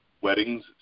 weddings